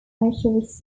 reserve